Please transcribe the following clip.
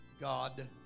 God